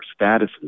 statuses